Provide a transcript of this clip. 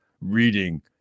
Reading